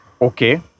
okay